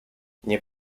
nie